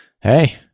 Hey